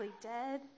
dead